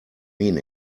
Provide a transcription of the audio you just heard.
mean